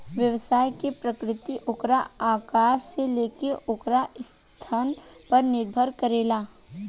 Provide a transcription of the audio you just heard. व्यवसाय के प्रकृति ओकरा आकार से लेके ओकर स्थान पर निर्भर करेला